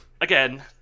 again